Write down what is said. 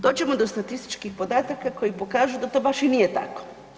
Dođemo do statističkih podataka koji pokažu da to baš i nije tako.